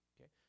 okay